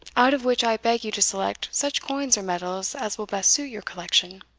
out of which i beg you to select such coins or medals as will best suit your collection.